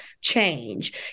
change